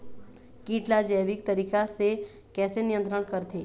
कीट ला जैविक तरीका से कैसे नियंत्रण करथे?